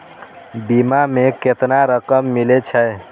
बीमा में केतना रकम मिले छै?